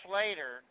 later